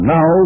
Now